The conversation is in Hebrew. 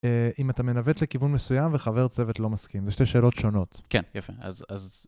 אם אתה מנווט לכיוון מסוים וחבר צוות לא מסכים, זה שתי שאלות שונות. כן, יפה אז